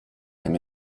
him